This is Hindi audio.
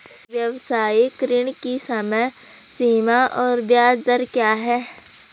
व्यावसायिक ऋण की समय सीमा और ब्याज दर क्या है?